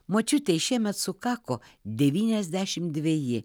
močiutei šiemet sukako devyniasdešim dveji